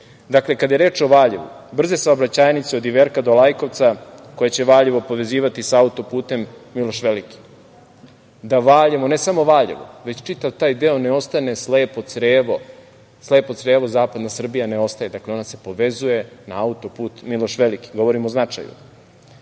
tome. Dakle, kada je reč o Valjevu, brze saobraćajnice od Iverka do Lajkovca, koje će Valjevo povezivati sa auto-putem Miloš Veliki. Da Valjevo, ne samo Valjevo, već čitav taj deo ne ostane slepo crevo, slepo crevo zapadna Srbija ne ostaje, dakle, ona se povezuje na auto-put Miloš Veliki, govorim o značaju. Ugovorom